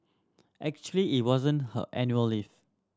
actually it wasn't her annual leave